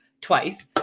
twice